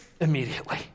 immediately